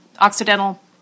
Occidental